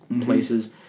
places